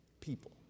people